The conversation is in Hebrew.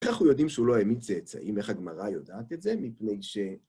איך אנחנו יודעים שהוא לא העמיד צאצאים? איך הגמרא יודעת את זה? מפני ש...